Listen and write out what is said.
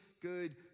good